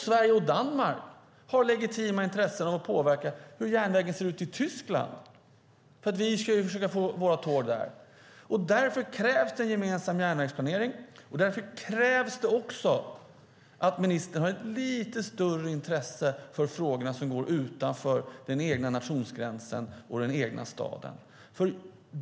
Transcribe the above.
Sverige och Danmark har legitima intressen av att påverka hur järnvägen ser ut i Tyskland så att våra tåg kan köra där. Därför krävs en gemensam järnvägsplanering, och därför krävs att ministern har ett lite större intresse för frågorna som går utanför den egna nationsgränsen och den egna staden.